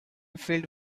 filled